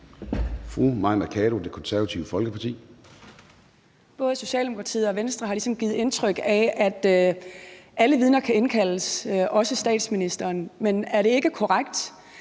Fru Mai Mercado, Det Konservative Folkeparti. Kl. 13:09 Mai Mercado (KF): Både Socialdemokratiet og Venstre har ligesom givet indtryk af, at alle vidner kan indkaldes, også statsministeren, men er det ikke korrekt,